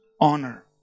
honor